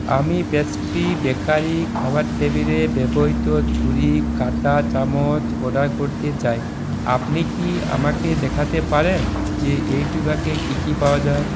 আমি pastry bakery খাবার টেবিলে ব্যবহৃত ছুরি কাঁটা চামচ অর্ডার করতে চাই আপনি কি আমাকে দেখাতে পারেন যে এই বিভাগে কি কি পাওয়া যায়